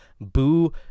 Boo